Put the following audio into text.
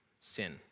Sin